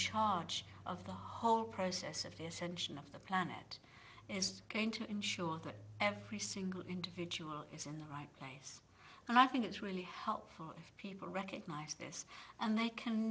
charge of the whole process of the ascension of the planet is going to ensure that every single individual is in the right place and i think it's really helpful if people recognize this and they c